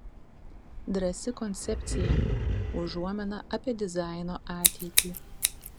drąsi koncepcija užuomina apie dizaino ateitį